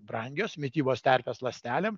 brangios mitybos terpės ląstelėm